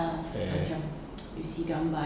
okay